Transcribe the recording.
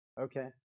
Okay